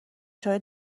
شده